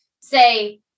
say